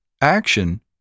Action